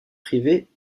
privés